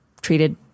treated